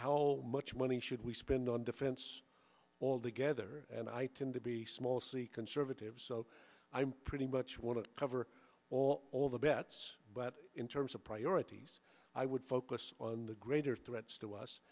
how much money should we spend on defense altogether and i tend to be small c conservative so i'm pretty much want to cover all the bets but in terms of priorities i would focus on the greater threats to us